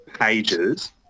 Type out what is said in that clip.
pages